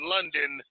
London